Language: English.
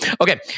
Okay